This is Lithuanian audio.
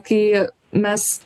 kai mes